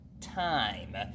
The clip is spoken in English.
time